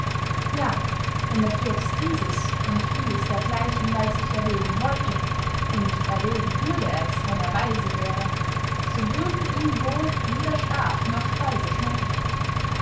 ja wenn der fürst dieses und vieles dergleichen bey sich erwägen wollte und erwägen würd er es wenn er weise wäre so würden ihm wohl weder schlaf noch speise schmecken